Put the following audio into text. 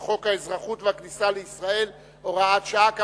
של חוק האזרחות והכניסה לישראל (הוראת שעה).